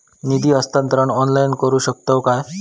निधी हस्तांतरण ऑनलाइन करू शकतव काय?